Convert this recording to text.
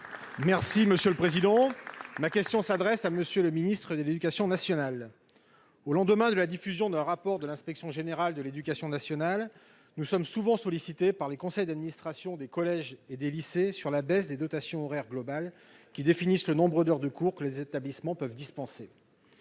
et Social Européen. Ma question s'adresse à M. le ministre de l'éducation nationale et de la jeunesse. Au lendemain de la diffusion d'un rapport de l'inspection générale de l'éducation nationale, nous sommes souvent sollicités par les conseils d'administration des collèges et lycées sur la baisse des dotations horaires globales qui définissent le nombre d'heures de cours que les établissements peuvent dispenser.